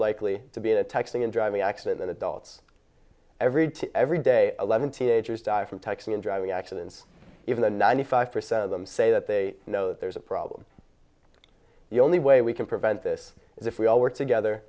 likely to be in a texting and driving accident than adults every to every day eleven teenagers die from texting and driving accidents even a ninety five percent of them say that they know there's a problem the only way we can prevent this is if we all work together